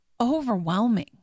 overwhelming